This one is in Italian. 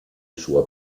sua